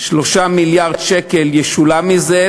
3 מיליארד שקל ישולם מזה,